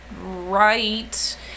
right